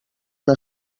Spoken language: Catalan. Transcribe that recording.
una